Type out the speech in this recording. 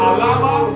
Alaba